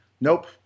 nope